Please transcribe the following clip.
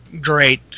great